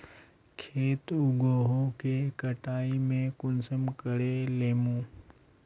खेत उगोहो के कटाई में कुंसम करे लेमु?